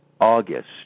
August